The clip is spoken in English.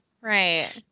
right